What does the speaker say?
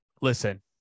listen